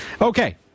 Okay